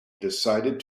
decided